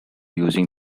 using